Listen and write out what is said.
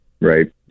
right